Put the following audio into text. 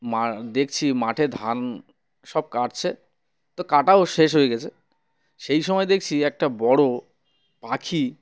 মা দেখছি মাঠে ধান সব কাটছে তো কাটাও শেষ হয়ে গেছে সেই সময় দেখছি একটা বড়ো পাখি